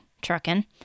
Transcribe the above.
trucking